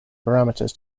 parameters